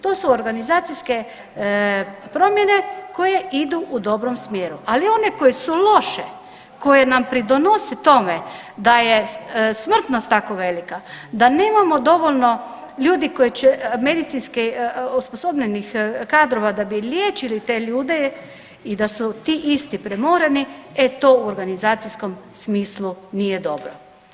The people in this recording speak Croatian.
To su organizacijske promjene koje idu u dobrom smjeru, ali one koje su loše, koje nam pridonose tome da je smrtnost tako velika, da nemamo dovoljno ljudi koji će, medicinski osposobljenih kadrova da bi liječili te ljude i da su ti isti premore, e to u organizacijskom smislu nije dobro.